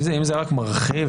אני אומר מראש,